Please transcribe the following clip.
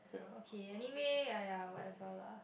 okay anyway aye whatever lah